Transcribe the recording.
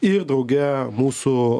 ir drauge mūsų